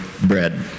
bread